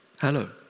Hello